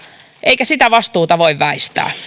eikä sitä vastuuta voi väistää